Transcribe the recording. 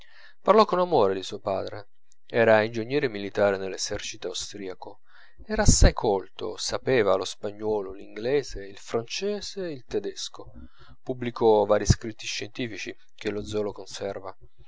parlò con amore di suo padre era ingegnere militare nell'esercito austriaco era assai colto sapeva lo spagnuolo l'inglese il francese il tedesco pubblicò vari scritti scientifici che lo zola conserva